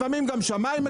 לפעמים גם שמאי מקבל.